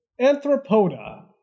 anthropoda